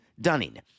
Dunning